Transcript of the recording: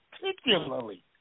particularly